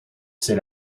sit